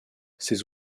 ces